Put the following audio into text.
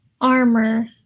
armor